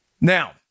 Now